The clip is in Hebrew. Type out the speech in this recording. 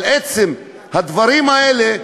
אבל עצם הדברים האלה,